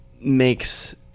makes